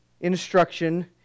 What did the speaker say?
instruction